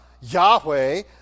Yahweh